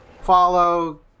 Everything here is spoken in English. follow